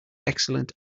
excellent